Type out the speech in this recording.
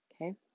okay